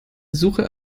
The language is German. suche